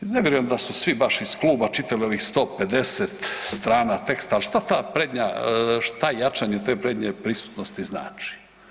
Ne vjerujem da su svi baš iz kluba čitali ovih 150 strana teksta, al šta ta prednja, šta jačanje te prednje prisutnosti znači?